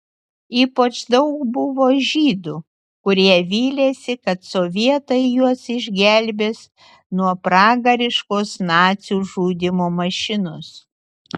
ypač daug buvo žydų kurie vylėsi kad sovietai juos išgelbės nuo pragariškos nacių žudymo mašinos